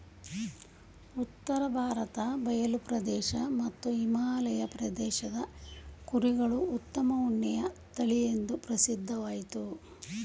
ಉತ್ತರ ಭಾರತ ಬಯಲು ಪ್ರದೇಶ ಮತ್ತು ಹಿಮಾಲಯ ಪ್ರದೇಶದ ಕುರಿಗಳು ಉತ್ತಮ ಉಣ್ಣೆಯ ತಳಿಎಂದೂ ಪ್ರಸಿದ್ಧವಾಗಯ್ತೆ